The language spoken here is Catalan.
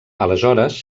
aleshores